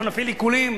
אנחנו נפעיל עיקולים.